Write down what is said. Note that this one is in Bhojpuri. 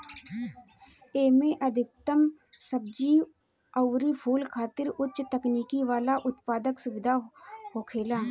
एमे अधिकतर सब्जी अउरी फूल खातिर उच्च तकनीकी वाला उत्पादन सुविधा होखेला